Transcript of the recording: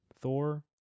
Thor